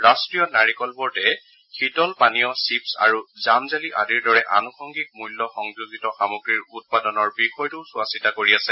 ৰাষ্টীয় নাৰিকল বৰ্ডে শীতল পানীয় চিপ্ছ আৰু জাম জেলি আদিৰ দৰে আনুষংগিক মূল্য সংযোজিত সামগ্ৰীৰ উৎপাদনৰ বিষয়টোও চোৱাচিতা কৰি আছে